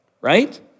Right